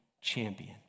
champion